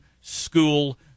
school